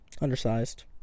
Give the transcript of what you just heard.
Undersized